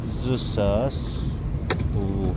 زٕ ساس وُہ